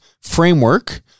framework